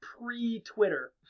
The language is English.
pre-Twitter